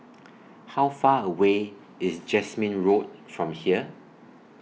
How Far away IS Jasmine Road from here